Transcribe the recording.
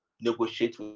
negotiate